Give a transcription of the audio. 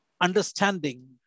understanding